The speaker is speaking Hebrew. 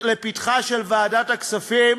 לפתחה של ועדת הכספים,